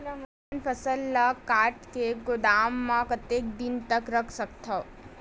अपन फसल ल काट के गोदाम म कतेक दिन तक रख सकथव?